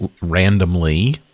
randomly